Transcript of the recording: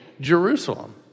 Jerusalem